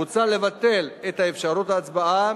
מוצע לבטל את אפשרות ההצבעה